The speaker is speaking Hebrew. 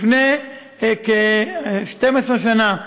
לפני כ-12 שנה,